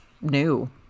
new